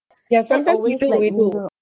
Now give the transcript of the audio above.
ya sometimes you do we~